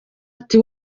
ati